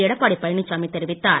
எடப்பாடி பழனிச்சாமி தெரிவித்தார்